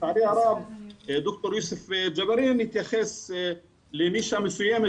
לצערי הרב ד"ר יוסף ג'בארין התייחס לנישה מסוימת,